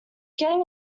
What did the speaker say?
getting